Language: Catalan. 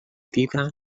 dida